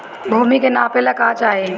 भूमि के नापेला का चाही?